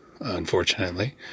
unfortunately